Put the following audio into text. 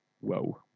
Whoa